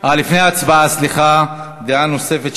לפני ההצבעה, סליחה, דעה נוספת,